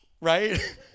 right